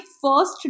First